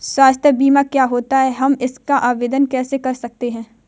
स्वास्थ्य बीमा क्या है हम इसका आवेदन कैसे कर सकते हैं?